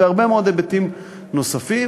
והרבה מאוד היבטים נוספים,